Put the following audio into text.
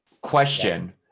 Question